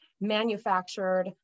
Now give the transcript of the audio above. manufactured